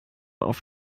auf